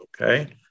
Okay